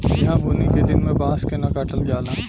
ईहा बुनी के दिन में बांस के न काटल जाला